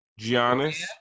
Giannis